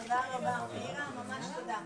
תודה רבה, הישיבה נעולה.